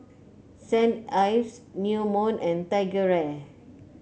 Saint Ives New Moon and TigerAir